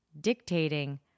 dictating